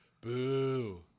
boo